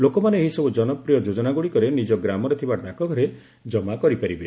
ଲୋକମାନେ ଏହିସବୁ ଜନପ୍ରିୟ ଯୋଜନାଗୁଡ଼ିକରେ ନିଜ ଗ୍ରାମରେ ଥିବା ଡାକଘରେ ଜମା କରିପାରିବେ